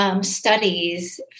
Studies